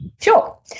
Sure